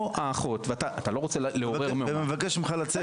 או אח או אחות ואתה לא רוצה לעורר מהומה --- ומבקש ממך לצאת.